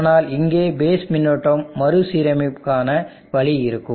ஆனால் இங்கே பேஸ் மின்னோட்டம் மறுசீரமைப்புக்கான வழி இருக்கும்